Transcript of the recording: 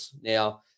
Now